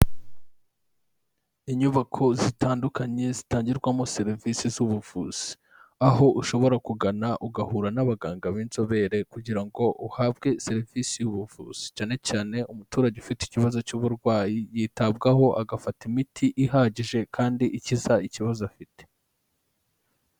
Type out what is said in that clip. Inyubako zitandukanye zitangirwamo serivisi z'ubuvuzi, aho ushobora kugana ugahura n'abaganga b'inzobere kugira ngo uhabwe serivisi y'ubuvuzi, cyanecyane umuturage ufite ikibazo cy'uburwayi, yitabwaho agafata imiti ihagije kandi ikiza ikibazo afite.